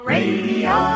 Radio